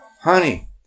Honey